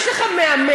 יש לך מאמן,